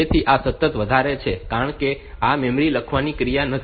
તેથી આ સતત વધારે છે કારણ કે આ મેમરી લખવાની ક્રિયા નથી